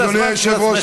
אדוני היושב-ראש,